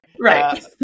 Right